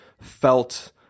felt